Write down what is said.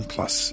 Plus